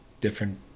different